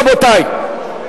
רבותי,